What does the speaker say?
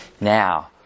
Now